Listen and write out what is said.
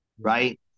right